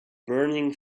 burning